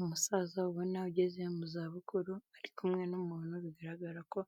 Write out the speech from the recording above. Umusaza ubona ageze mu za bukuru ari kumwe n'umuntu bigaragara ko